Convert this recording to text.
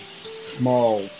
small